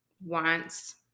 wants